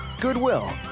Goodwill